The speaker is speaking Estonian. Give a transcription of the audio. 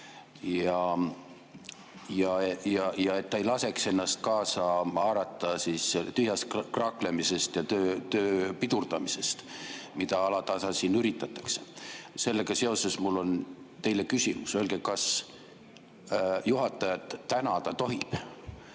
et ta ei laseks ennast kaasa haarata tühjast kraaklemisest ja töö pidurdamisest, mida alatasa siin üritatakse. Sellega seoses mul on teile küsimus. Öelge, kas juhatajat tänada tohib